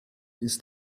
ist